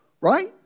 right